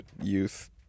youth